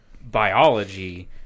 biology